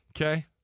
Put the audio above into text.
Okay